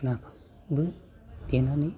नाखौबो देनानै